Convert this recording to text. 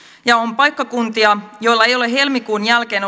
ja on paikkakuntia joilla ei ole helmikuun jälkeen